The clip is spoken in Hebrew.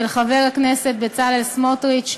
של חבר הכנסת בצלאל סמוטריץ,